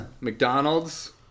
mcdonald's